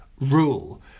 rule